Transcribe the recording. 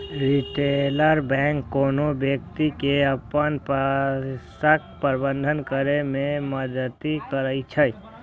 retail bank कोनो व्यक्ति के अपन पैसाक प्रबंधन करै मे मदति करै छै